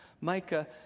Micah